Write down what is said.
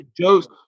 Joe's